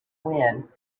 wind